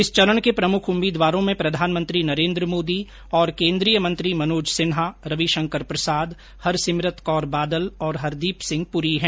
इस चरण के प्रमुख उम्मीदवारों में प्रधानमंत्री नरेंद्र मोदी और केंद्रीय मंत्री मनोज सिन्हा रविशंकर प्रसाद हरसिमरत कौर बादल और हरदीप सिंह पुरी हैं